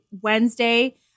Wednesday